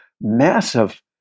massive